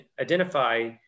identify